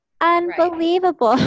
unbelievable